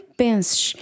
penses